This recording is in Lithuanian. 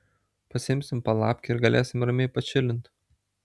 pasiimsim palapkę ir galėsim ramiai pačilint